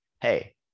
hey